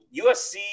USC